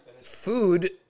Food